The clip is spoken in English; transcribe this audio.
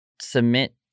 submit